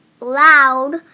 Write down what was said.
Loud